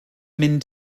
mynd